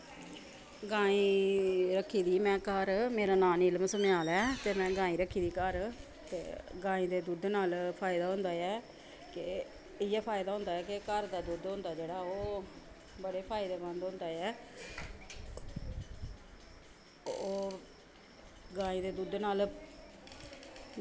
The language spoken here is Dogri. गायें रक्खी दी ऐ में घर मेरा नांऽ नीलम सम्याल ऐ ते में गायें रखी दी घर ते गायें दे दुद्ध नाल फायदा होंदा ऐ के इ'यै फायदा होंदा ऐ कि घर दा दुद्ध होंदा जेह्ड़ा ओह् बड़े फायदेमंद होंदा ऐ ओह् गायें दे दुद्ध नाल